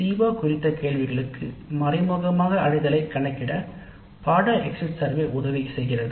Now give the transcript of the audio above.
சீமான் குறித்த கேள்விகளுக்கு பதில் காண எக்ஸிட் சர்வே முறை மறைமுகமாக உதவி செய்கிறது